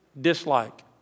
dislike